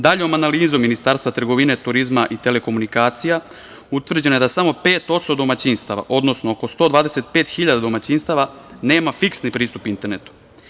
Daljom analizom Ministarstva trgovine, turizma i telekomunikacija utvrđeno je da samo 5% domaćinstava, odnosno oko 125 hiljada domaćinstava nema fiksni pristup internetu.